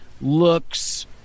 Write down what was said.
looks